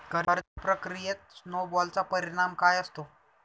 कर्ज प्रक्रियेत स्नो बॉलचा परिणाम काय असतो?